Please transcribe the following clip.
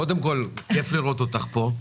קודם כול, כיף לראות אותך פה.